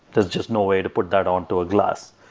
there's just no way to put that on to a glass.